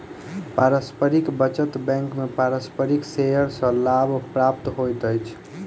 पारस्परिक बचत बैंक में पारस्परिक शेयर सॅ लाभ प्राप्त होइत अछि